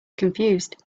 confused